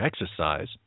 exercise